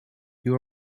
you